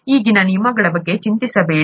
ಈಗಿನ ನಿಯಮಗಳ ಬಗ್ಗೆ ಚಿಂತಿಸಬೇಡಿ